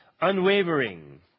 Unwavering